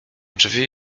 drzwi